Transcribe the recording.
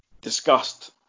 discussed